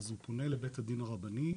אז הוא פונה לבית הדין הרבני.